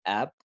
app